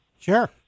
Sure